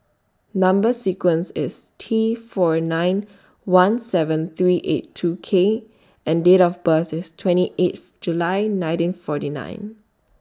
Number sequence IS T four nine one seven three eight two K and Date of birth IS twenty eighth July nineteen forty nine